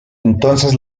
entonces